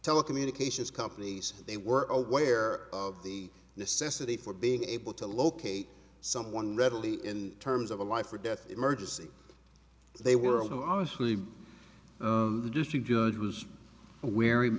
telecommunications companies they were aware of the necessity for being able to locate someone readily in terms of a life or death emergency they were although obviously the district judge was wary